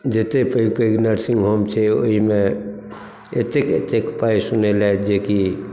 जतेक पैघ पैघ नर्सिंग होम छै ओहिमे एतेक एतेक पाइ सुनेलथि जे कि